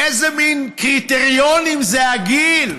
איזה מין קריטריון זה הגיל?